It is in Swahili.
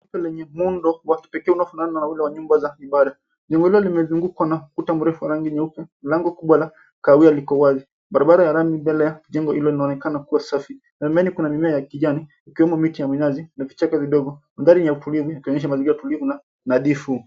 ...lenye muundo wa kipekee unaofanana na ule wa nyumba za ibada. Jengo hilo limezungukwa na ukuta mrefu wa rangi nyeupe. Mlango kubwa la kahawia liko wazi. Barabara ya lami mbele ya jengo hilo inaonekana kuwa safi. Pembeni kuna mimea ya kijani ikiwemo miti ya minazi na vichaka vidogo. Anga ni ya utulivu ikionyesha mazingira tulivu na nadhifu.